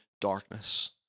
darkness